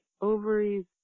ovaries